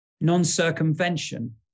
Non-circumvention